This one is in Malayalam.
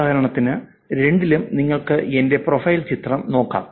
ഉദാഹരണത്തിന് രണ്ടിലും നിങ്ങൾക്ക് എന്റെ പ്രൊഫൈൽ ചിത്രം നോക്കാം